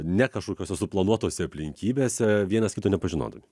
ne kažkokiose suplanuotose aplinkybėse vienas kito nepažinodami